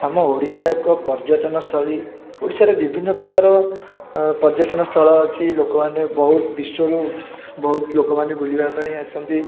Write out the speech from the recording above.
ଆମ ଓଡ଼ିଶା ଏକ ପର୍ଯ୍ୟଟନସ୍ଥଳୀ ଓଡ଼ିଶାରେ ବିଭିନ୍ନପ୍ରକାର ଓ ପର୍ଯ୍ୟଟନସ୍ଥଳୀ ଅଛି ଲୋକମାନେ ବହୁତ ବିଶ୍ୱରୁ ବହୁତ ଲୋକମାନେ ବୁଲିବା ପାଇଁ ଆସନ୍ତି